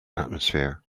atmosphere